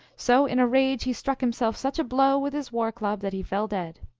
so in a rage he struck himself such a blow with his war-club that he fell dead.